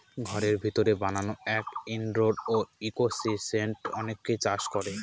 ঘরের ভিতরে বানানো এক ইনডোর ইকোসিস্টেম অনেকে চাষ করে